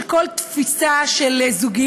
היא עיוות של כל תפיסה של זוגיות,